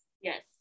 yes